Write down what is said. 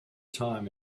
time